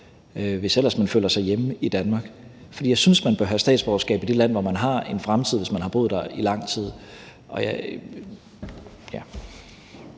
ellers man føler sig hjemme i Danmark. For jeg synes, man bør have statsborgerskab i det land, hvor man har en fremtid, hvis man har boet der i lang tid.